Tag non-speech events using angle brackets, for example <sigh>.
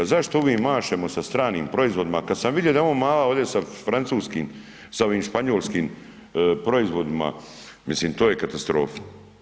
Zašto uvijek mašemo sa stranim proizvodima kad sam vidio da ovdje ... <unintelligible> sa francuskim, sa ovim španjolskim proizvodima, mislim to je katastrofa.